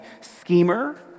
schemer